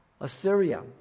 Assyria